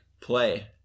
play